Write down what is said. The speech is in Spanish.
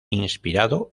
inspirado